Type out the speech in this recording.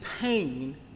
pain